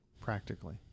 Practically